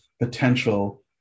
potential